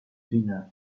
dinner